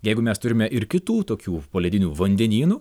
jeigu mes turime ir kitų tokių poledinių vandenynų